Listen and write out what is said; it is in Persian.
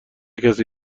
کسی